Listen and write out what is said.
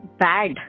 bad